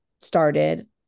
started